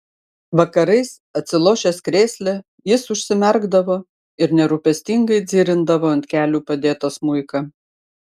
vakarais atsilošęs krėsle jis užsimerkdavo ir nerūpestingai dzirindavo ant kelių padėtą smuiką